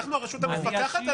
אנחנו הרשות המפקחת עליך.